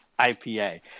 IPA